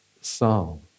psalm